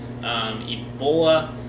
Ebola